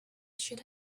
should